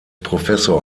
professor